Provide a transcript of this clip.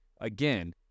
Again